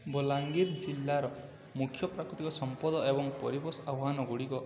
ବଲାଙ୍ଗୀର ଜିଲ୍ଲାର ମୁଖ୍ୟ ପ୍ରାକୃତିକ ସମ୍ପଦ ଏବଂ ପରିବେଶ ଆହ୍ୱାନ ଗୁଡ଼ିକ